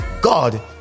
God